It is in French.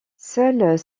seuls